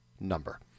number